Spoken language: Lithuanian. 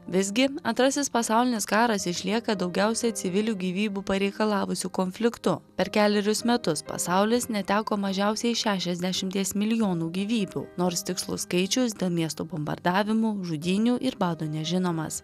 visgi antrasis pasaulinis karas išlieka daugiausiai civilių gyvybių pareikalavusiu konfliktu per kelerius metus pasaulis neteko mažiausiai šešiasdešimties milijonų gyvybių nors tikslaus skaičiaus dėl miestų bombardavimų žudynių ir bado nežinomas